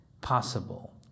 possible